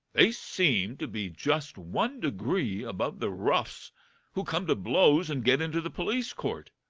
they seem to be just one degree above the roughs who come to blows and get into the police court.